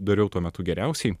dariau tuo metu geriausiai